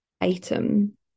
item